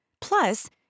Plus